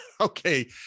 okay